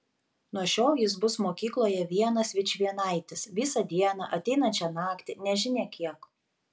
nuo šiol jis bus mokykloje vienas vičvienaitis visą dieną ateinančią naktį nežinia kiek